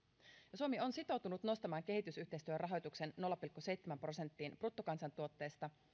ja suomi on sitoutunut nostamaan kehitysyhteistyörahoituksen nolla pilkku seitsemään prosenttiin bruttokansantuotteesta